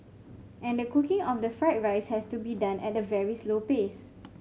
and the cooking of the fried rice has to be done at a very slow pace